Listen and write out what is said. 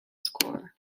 score